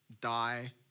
die